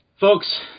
Folks